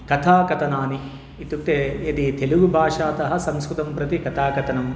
कथा कथनानि इत्युक्ते यदि तेलुगुभाषातः संस्कृतं प्रति कथा कथनम्